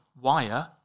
wire